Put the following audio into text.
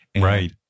Right